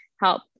help